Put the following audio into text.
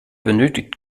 benötigt